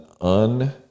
un